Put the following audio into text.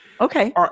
Okay